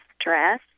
stress